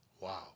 Wow